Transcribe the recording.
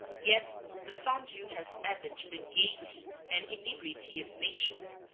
yet the fondue has added to the gaiety and inebriety of nations,